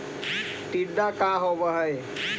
टीडा का होव हैं?